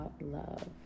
love